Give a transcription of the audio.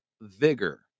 vigor